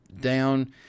down